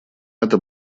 это